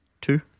two